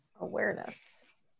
awareness